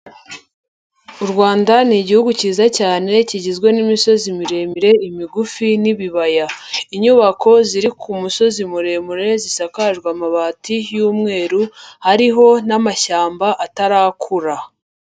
U Rwanda ni igihugu cyiza cyane ,kigizwe n'imisozi miremire ,imigufi ,n'ibibaya, inyubako ziri ku musozi muremure, zisakajwe amabati y'umweru ,ariho n'amashyamba atarakura.